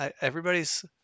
Everybody's